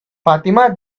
fatima